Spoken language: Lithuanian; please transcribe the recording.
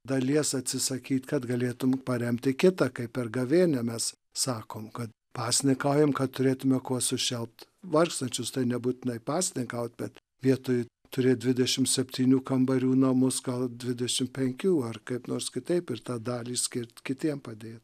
dalies atsisakyt kad galėtum paremti kitą kaip per gavėnią mes sakom kad pasnikaujam kad turėtume kuo sušelpt vargstančius tai nebūtinai pasninkaut bet vietoj turėt dvidešimt septynių kambarių namus gal dvidešimt penkių ar kaip nors kitaip ir tą dalį skirt kitiem padėt